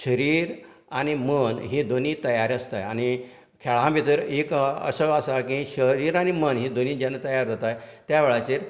शरीर आनी मन हे दोनीय तयार आसताय आनी खेळा भितर एक असो आसा की शरीर आनी मन ही दोनीय जेन्ना तयार जाताय त्या वेळाचेर